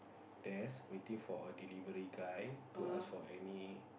desk waiting for a delivery guy to ask for any